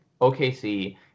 OKC